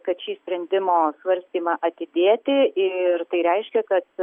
kad šį sprendimo svarstymą atidėti ir tai reiškia kad